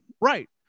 Right